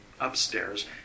upstairs